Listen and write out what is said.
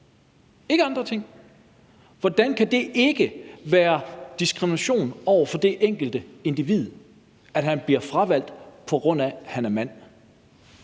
ikke andre ting, hvordan kan det ikke være diskrimination over for det enkelte individ, altså at han bliver fravalgt, på grund af at han er mand?